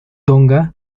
tonga